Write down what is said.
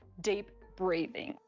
deep breathing.